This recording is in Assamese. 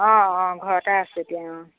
অঁ অঁ ঘৰতে আছোঁ দিয়া অঁ